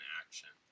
action